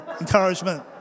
encouragement